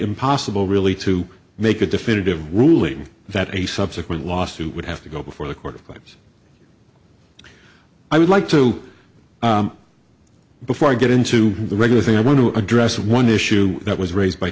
impossible really to make a definitive ruling that a subsequent lawsuit would have to go before the court of claims i would like to before i get into the regular thing i want to address one issue that was raised by